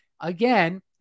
Again